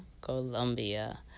Colombia